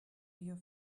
your